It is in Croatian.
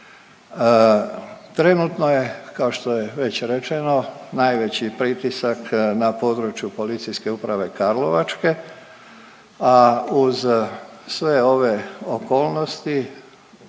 Trenutno je kao što je već rečeno najveći pritisak na području PU Karlovačke, a uz sve ove okolnosti